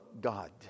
God